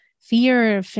fear